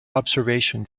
observation